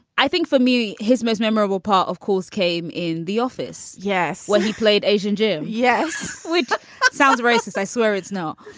i think for me, his most memorable part, of course, came in the office. yes. when he played asian, jim. yes. which sounds racist. i swear it's. no,